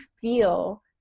feel